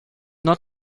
not